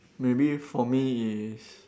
maybe for me it's